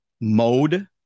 mode